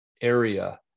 area